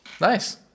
Nice